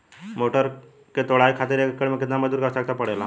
मटर क तोड़ाई खातीर एक एकड़ में कितना मजदूर क आवश्यकता पड़ेला?